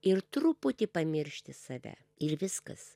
ir truputį pamiršti save ir viskas